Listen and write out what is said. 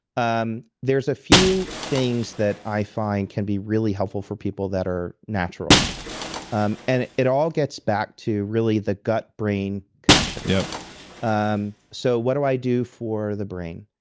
um there's a few things that i find can be really helpful for people that are natural um and it all gets back to really the gut brain connection yeah um so what do i do for the brain?